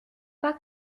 pas